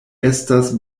estas